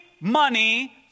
money